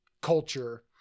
culture